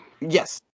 Yes